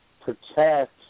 protect